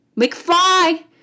McFly